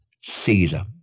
Caesar